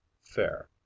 Fair